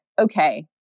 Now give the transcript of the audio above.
okay